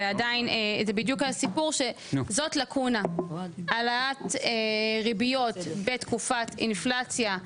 זוהי לקונה; העלאת ריביות בתקופת אינפלציה,